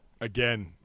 Again